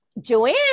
Joanne